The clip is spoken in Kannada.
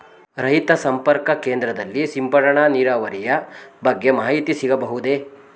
ರೈತ ಸಂಪರ್ಕ ಕೇಂದ್ರದಲ್ಲಿ ಸಿಂಪಡಣಾ ನೀರಾವರಿಯ ಬಗ್ಗೆ ಮಾಹಿತಿ ಸಿಗಬಹುದೇ?